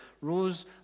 rose